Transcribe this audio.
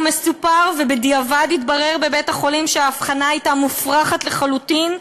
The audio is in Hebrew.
בדיעבד התברר בבית-החולים שהאבחנה הייתה מופרכת לחלוטין,